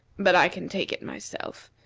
but i can take it myself.